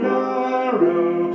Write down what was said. narrow